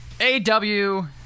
A-W